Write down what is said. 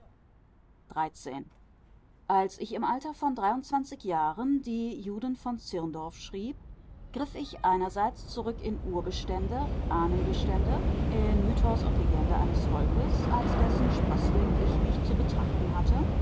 als ich im alter von dreiundzwanzig jahren die juden von zirndorf schrieb griff ich einerseits zurück in urbestände ahnenbestände in mythos und legende eines volkes als dessen sprößling ich mich zu betrachten hatte